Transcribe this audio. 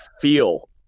feel